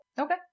Okay